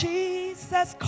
Jesus